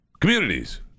communities